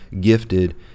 gifted